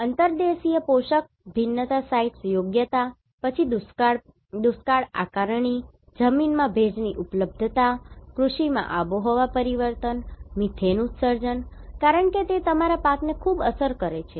અંતર્દેશીય પોષક ભિન્નતા સાઇટ્સ યોગ્યતા પછી દુષ્કાળ આકારણી જમીન માં ભેજની ઉપલબ્ધતા કૃષિમાં આબોહવા પરિવર્તન મિથેન ઉત્સર્જન કારણ કે તે તમારા પાકને ખૂબ અસર કરે છે